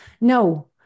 No